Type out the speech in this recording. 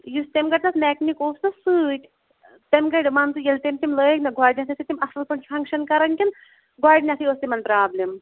یُس تَمہِ گٲنٛٹہِ تَتھ مٮ۪کنِک اوس نا سۭتۍ تٔمۍ گٲنٛٹہِ مان ژٕ ییٚلہِ تٔمۍ تِم لٲگۍ نا گۄڈٕنٮ۪تھ ٲسۍ نہٕ تِم اَصٕل پٲٹھۍ فَنگشَن کَران کِنہٕ گۄڈٕٕنٮ۪تھٕے ٲس تِمَن پرٛابلِم